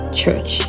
church